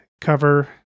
cover